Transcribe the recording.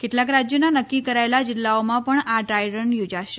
કેટલાક રાજ્યોના નક્કી કરાયેલા જીલ્લાઓમાં પણ આ ડ્રાય રન યોજાશે